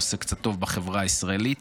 ועושה קצת טוב בחברה הישראלית.